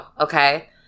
okay